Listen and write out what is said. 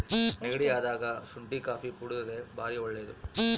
ನೆಗಡಿ ಅದಾಗ ಶುಂಟಿ ಕಾಪಿ ಕುಡರ್ದೆ ಬಾರಿ ಒಳ್ಳೆದು